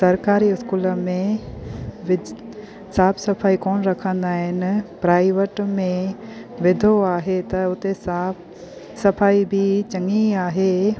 सरकारी इस्कूल में विझ साफ़ु सफ़ाई कोन रखंदा आहिनि प्राइवेट में विधो आहे त उते साफ़ु सफ़ाई बि चङी आहे